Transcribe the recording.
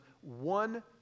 one